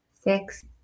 six